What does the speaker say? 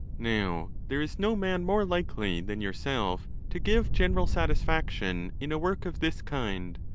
now, there is no man more likely than yourself to give general satisfaction in a work of this kind,